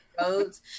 roads